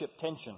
tension